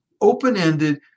open-ended